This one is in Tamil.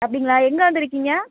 அப்படிங்களா எங்கே வந்திருக்கிங்க